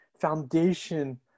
foundation